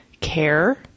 care